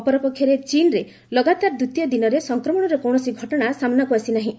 ଅପରପକ୍ଷରେ ଚୀନ୍ରେ ଲଗାତାର ଦ୍ୱିତୀୟ ଦିନରେ ସଂକ୍ରମଣର କୌଣସି ଘଟଣା ସାମ୍ବାକୁ ଆସି ନାହିଁ